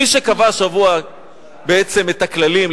מי שקבע השבוע את הכללים,